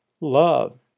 Love